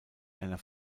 einer